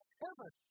heaven